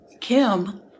Kim